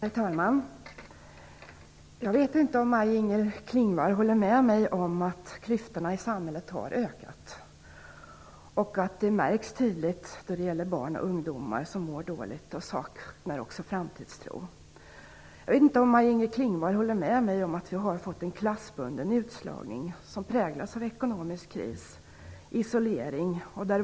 Herr talman! Jag vet inte om Maj-Inger Klingvall håller med mig om att klyftorna i samhället har ökat och att det märks tydligt då det gäller barn och ungdomar som mår dåligt och som saknar framtidstro. Jag vet inte om Maj-Inger Klingvall håller med mig om att vi har fått en klassbunden utslagning som präglas av ekonomisk kris och isolering.